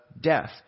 death